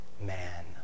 man